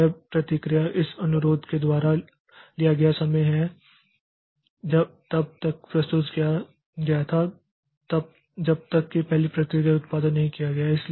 तो यह प्रतिक्रिया उस अनुरोध के द्वारा लिया गया समय है जो तब तक प्रस्तुत किया गया था जब तक कि पहली प्रतिक्रिया का उत्पादन नहीं किया जाता है